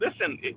listen